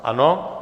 Ano?